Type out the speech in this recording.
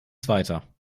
zweiter